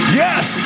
yes